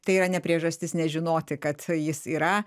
tai yra ne priežastis nežinoti kad jis yra